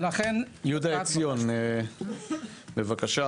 יהודה עציון בבקשה.